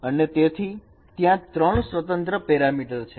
અને તેથી ત્યાં ત્રણ સ્વતંત્ર પેરામીટર છે